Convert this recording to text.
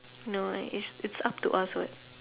no right it's it's up to us what